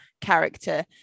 character